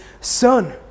son